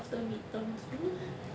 after midterms